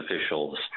officials